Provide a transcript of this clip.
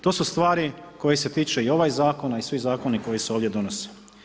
To su stvari koje se tiče i ovaj zakon, a i svi zakoni koji se ovdje donose.